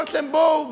אמרתי להם: בואו,